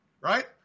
right